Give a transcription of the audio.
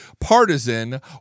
partisan